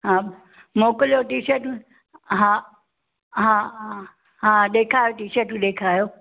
हा मोकिलियो टिशटियूं हा हा हा हा ॾेखारु टिशटियूं ॾेखारियो